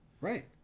right